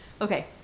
okay